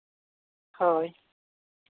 ᱦᱳᱭ